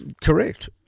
Correct